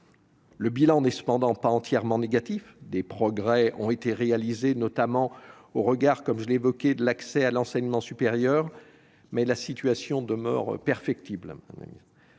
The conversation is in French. Le bilan n'est cependant pas entièrement négatif : des progrès ont été réalisés, notamment, comme je l'ai évoqué, en termes d'accès à l'enseignement supérieur, mais la situation demeure perfectible.